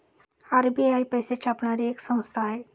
RBI पैसे छापणारी एक संस्था आहे